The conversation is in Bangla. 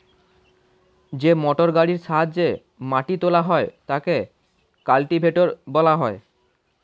যে মোটরগাড়ির সাহায্যে মাটি তোলা হয় তাকে কাল্টিভেটর বলা হয়